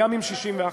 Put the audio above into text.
אתה צנוע מדי.